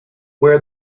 where